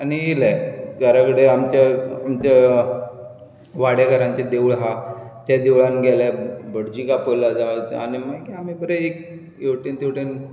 आनी येयले घरा कडेन आमच्या आमच्या वाड्यार घरानचें देवूळ आहा त्या देवळान गेले भटजीक आपयलो आनी मागीर आमी बरे एक हेवटेन तेवटेन